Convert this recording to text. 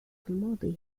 الماضية